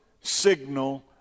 signal